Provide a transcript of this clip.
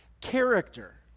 character